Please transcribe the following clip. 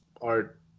art